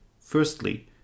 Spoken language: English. Firstly